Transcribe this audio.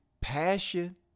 passion